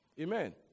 Amen